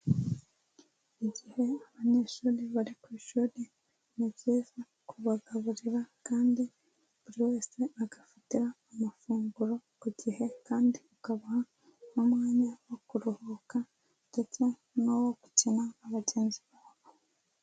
Igihe abanyeshuri bari ku ishuri, ni byiza kubagaburira kandi buri wese agafatira amafunguro ku gihe, kandi bakabaha n'umwanya wo kuruhuka, ndetse n'uwo gukina na bagenzi babo.